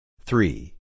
Three